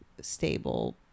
stable